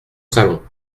salon